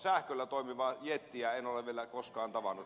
sähköllä toimivaa jettiä en ole vielä koskaan tavannut